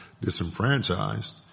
disenfranchised